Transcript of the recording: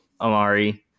Amari